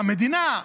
המדינה,